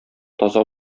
таза